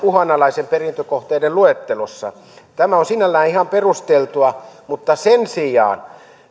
uhanalaisten perintökohteiden luettelossa tämä on sinällään ihan perusteltua mutta sen sijaan